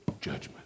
judgment